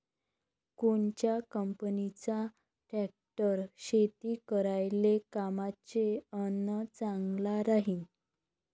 कोनच्या कंपनीचा ट्रॅक्टर शेती करायले कामाचे अन चांगला राहीनं?